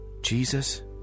Jesus